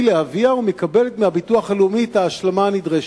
לאביה ומקבלת מהביטוח הלאומי את ההשלמה הנדרשת.